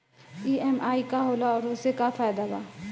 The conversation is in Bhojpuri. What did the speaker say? ई.एम.आई का होला और ओसे का फायदा बा?